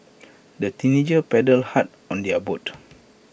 the teenagers paddled hard on their boat